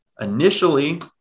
initially